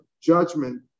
judgment